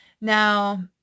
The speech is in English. Now